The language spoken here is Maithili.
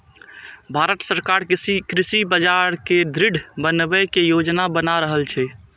भांरत सरकार कृषि बाजार कें दृढ़ बनबै के योजना बना रहल छै